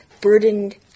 burdened